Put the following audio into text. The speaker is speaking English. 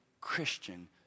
Christian